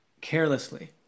carelessly